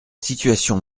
situations